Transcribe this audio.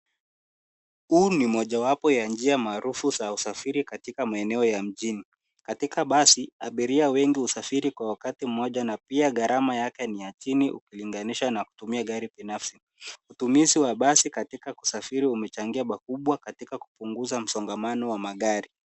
Huu ni mojawapo ya njia maarufu za usafiri katika maeneo ya mjini. Katika basi, abiria wengi husafiri kwa wakati mmoja na pia gharama yake ni ya chini ukilinganisha na kutumia gari binafsi. Utumizi wa basi katika kusafiri umechangia pakubwa katika kupunguza msongamano wa magari.